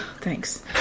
thanks